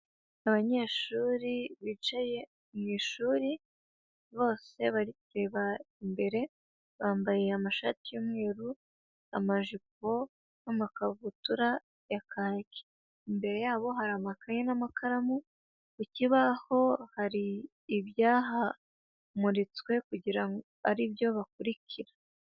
Abanyeshuri bicaye mu ishuri, bose bareba imbere, bambaye amashati y'umweru, amajipo n'amakabutura ya kaki, imbere yabo hari amakaye n'amakaramu, ku kibaho hari ibyamuritswe kugira ngo aribyo bakurikira.